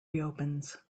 reopens